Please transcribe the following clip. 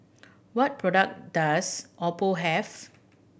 what product does Oppo have